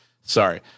Sorry